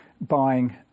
buying